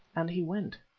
and he went.